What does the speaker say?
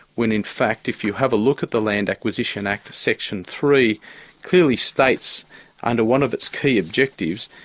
when in fact if you have a look at the land acquisition act, section three clearly states under one of its key objectives,